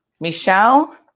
Michelle